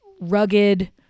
rugged